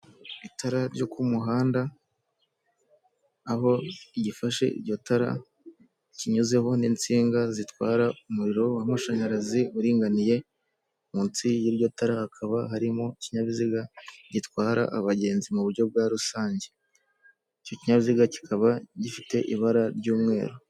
Itara ryo ku muhanda aho igifashe iryo tara kinyuzemo n'insinga zitwara umuriro w'amashanyarazi uringaniye, munsi y'iryo tara hakaba harimo ikinyabiziga gitwara abagenzi mu buryo bwa rusange, icyo kinyabiziga kikaba gifite ibara ry'umweru.